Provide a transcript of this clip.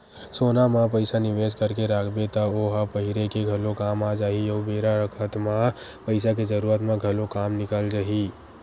सोना म पइसा निवेस करके राखबे त ओ ह पहिरे के घलो काम आ जाही अउ बेरा बखत म पइसा के जरूरत म घलो काम निकल जाही